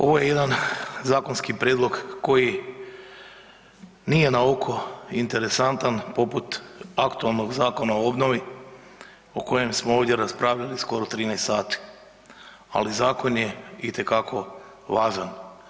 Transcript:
Ovo je jedan zakonski prijedlog koji nije na oko interesantan poput aktualnog Zakona o obnovi o kojem smo ovdje raspravljali skoro 13 sati, ali zakon je itekako važan.